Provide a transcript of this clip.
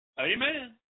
Amen